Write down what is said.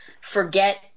forget